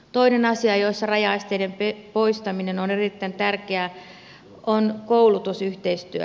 toinen asia jossa rajaesteiden poistaminen on erittäin tärkeää on koulutusyhteistyö